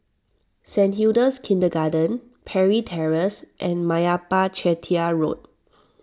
Saint Hilda's Kindergarten Parry Terrace and Meyappa Chettiar Road